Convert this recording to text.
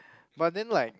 but then like